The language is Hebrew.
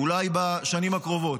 אולי בשנים הקרובות.